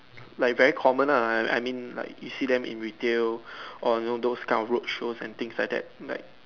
like very common lah I I mean like you see them in retail or you know those kind of road shows and things like that like